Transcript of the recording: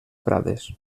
prades